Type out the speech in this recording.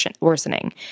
worsening